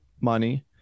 money